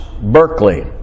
Berkeley